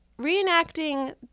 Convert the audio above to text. reenacting